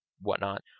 whatnot